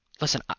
Listen